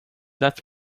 that